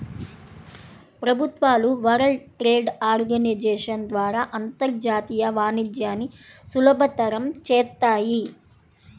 ప్రభుత్వాలు world trade organisation ద్వారా అంతర్జాతీయ వాణిజ్యాన్ని సులభతరం చేత్తాయి